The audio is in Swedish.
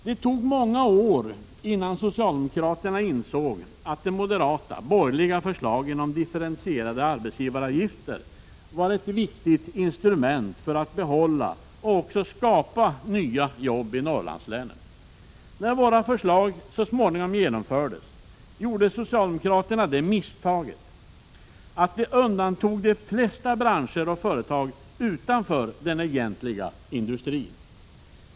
Det tog många år innan socialdemokraterna insåg att de moderata, borgerliga förslagen om differentierade arbetsavgifter var ett effektivt instrument för att behålla och också skapa nya jobb i Norrlandslänen. När våra förslag så småningom genomfördes gjorde socialdemokraterna det misstaget att de undantog de flesta branscher och företag utanför den egentliga industrin.